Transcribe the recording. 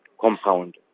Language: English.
compound